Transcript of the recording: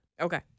Okay